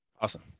awesome